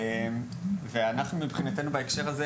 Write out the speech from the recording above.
ואנחנו מבחינתנו בהקשר הזה,